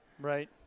Right